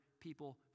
people